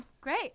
Great